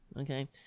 okay